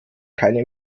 keine